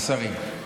השרים,